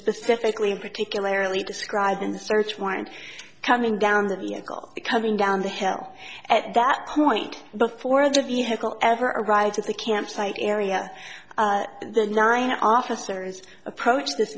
specifically in particularly describing the search warrant coming down the vehicle coming down the hill at that point before the vehicle ever arrived at the campsite area the nine officers approached this